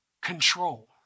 control